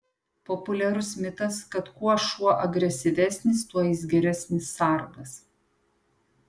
populiarus mitas kad kuo šuo agresyvesnis tuo jis geresnis sargas